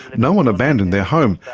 no one abandoned their home.